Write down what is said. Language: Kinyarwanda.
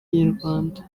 nyarwanda